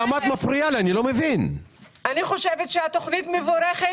אני לא מבין למה את מפריעה לה.